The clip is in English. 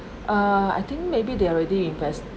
uh I think maybe they already invest